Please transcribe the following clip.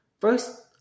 First